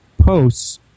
posts